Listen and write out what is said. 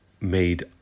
made